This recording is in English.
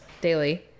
daily